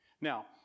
Now